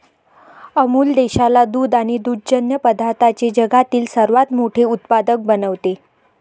अमूल देशाला दूध आणि दुग्धजन्य पदार्थांचे जगातील सर्वात मोठे उत्पादक बनवते